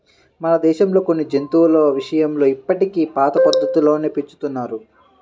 మన దేశంలో కొన్ని జంతువుల విషయంలో ఇప్పటికీ పాత పద్ధతుల్లోనే పెంచుతున్నారు